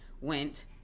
went